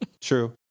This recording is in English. True